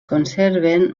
conserven